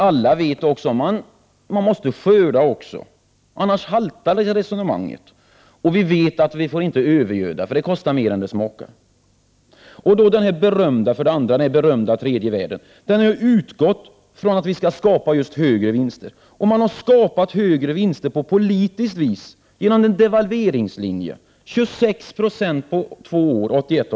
Alla vet dock att man sedan måste skörda — annars haltar det här resonemanget. Vi vet också att vi inte får övergöda, eftersom det kostar mer än det smakar. För det andra. Den berömda tredje vägen har utgått från att vi skall skapa större vinster. Man har skapat större vinster på politiskt vis genom devalveringslinjen — 26 96 på två år under 1981/1982.